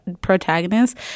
protagonist